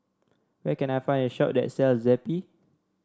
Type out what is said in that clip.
where can I find a shop that sells Zappy